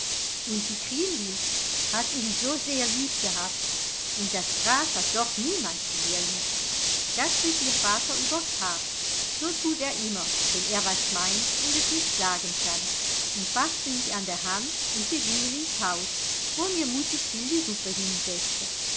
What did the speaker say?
und die kriemhild hat ihn so sehr lieb gehabt und das gras hat doch niemand sehr lieb da strich mir vater übers haar so tut er immer wenn er was meint und es nicht sagen kann und faßte mich an der hand und wir gingen ins haus wo mir mutti still die suppe hinsetzte